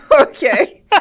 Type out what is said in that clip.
Okay